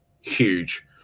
huge